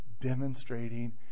demonstrating